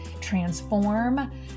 transform